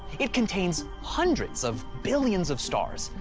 it contains hundreds of billions of stars,